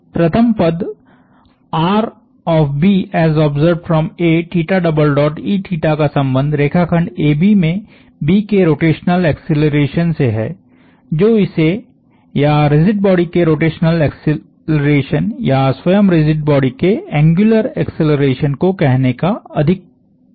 इस प्रथम पदका संबंध रेखाखंड AB में B के रोटेशनल एक्सेलरेशन से हैजो इसे या रिजिड बॉडी के रोटेशनल एक्सेलरेशन या स्वयं रिजिड बॉडी के एंग्युलर एक्सेलरेशन को कहने का अधिक सटीक तरीका है